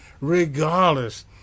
regardless